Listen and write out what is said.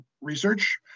Research